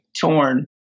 torn